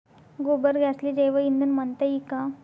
गोबर गॅसले जैवईंधन म्हनता ई का?